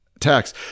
tax